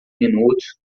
minutos